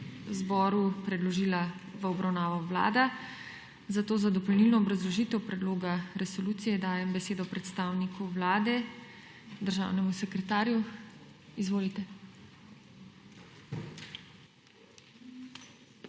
zboru predložila v obravnavo Vlada, zato za dopolnilno obrazložitev predloga resolucije dajem besedo predstavniku Vlade, državnemu sekretarju. Izvolite.